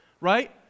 right